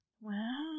Wow